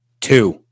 two